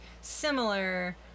similar